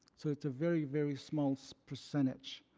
so it's a very, very small so percentage.